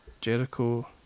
Jericho